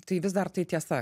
tai vis dar tai tiesa